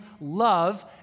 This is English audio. love